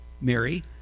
Mary